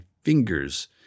fingers